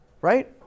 Right